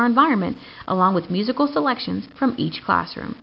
our environment along with musical selections from each classroom